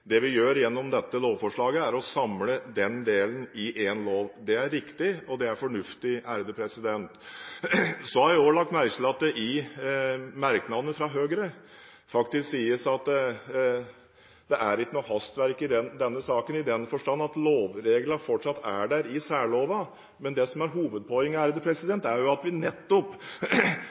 Det vi gjør gjennom dette lovforslaget, er å samle den delen i én lov. Det er viktig, og det er fornuftig. Så har jeg også lagt merke til at det i merknadene fra Høyre faktisk sies at det ikke er noe hastverk i denne saken, i den forstand at lovreglene fortsatt er der i særlovene. Men det som er hovedpoenget, er jo at vi nettopp